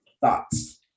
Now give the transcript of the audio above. Thoughts